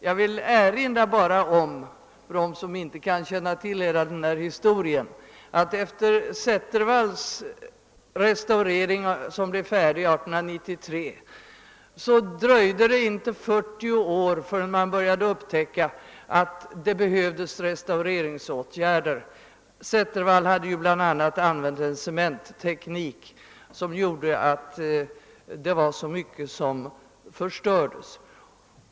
Jag vill tala om för dem som inte känner till hela historien om att det efter Zettervalls restaurering, som blev färdig 1893, inte dröjde ens 40 år förrän man upptäckte att det behövdes restaureringsåtgärder. Zettervall hade bl.a. använt en cementteknik som gjorde att mycket förstördes.